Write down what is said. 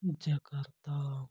Jakarta